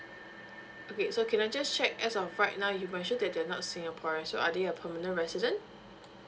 okay so can I just check as of right now you mention that they're not singaporean so are they uh permanent resident